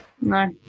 no